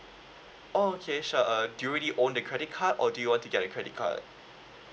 oh okay sure uh do you already own a credit card or do you want to get a credit card